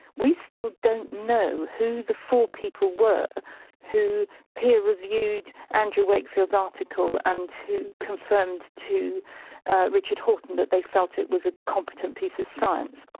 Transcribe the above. we still don't know who the four people were who peer reviewed andrew wakefield's article and who confirmed to richard that they felt it was a competent piece of science.